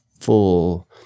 full